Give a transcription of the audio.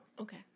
okay